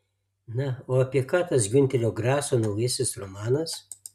na o apie ką tas giunterio graso naujasis romanas